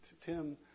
Tim